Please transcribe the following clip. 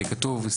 כי כתוב,